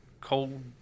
cold